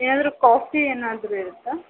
ಏನಾದ್ರೂ ಕಾಫಿ ಏನಾದರೂ ಇರುತ್ತಾ